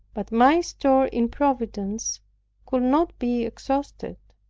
but my store in providence could not be exhausted.